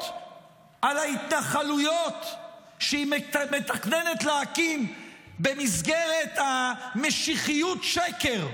על ההתנחלויות שהיא מתכננת להקים במסגרת משיחיות השקר,